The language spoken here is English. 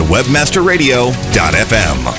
WebmasterRadio.fm